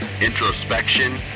introspection